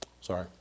sorry